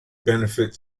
benefit